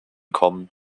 kommen